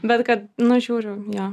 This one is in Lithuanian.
bet kad nu žiūriu jo